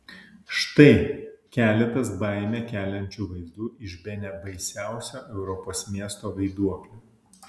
štai keletas baimę keliančių vaizdų iš bene baisiausio europos miesto vaiduoklio